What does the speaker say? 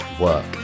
work